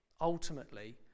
ultimately